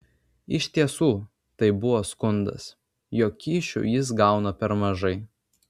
iš tiesų tai buvo skundas jog kyšių jis gauna per mažai